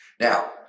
Now